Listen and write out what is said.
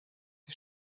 die